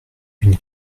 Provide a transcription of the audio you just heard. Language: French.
une